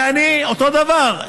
ואני אותו דבר.